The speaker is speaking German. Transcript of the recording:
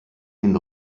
den